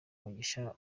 mugisha